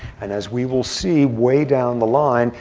and as we will see way down the line,